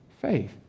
faith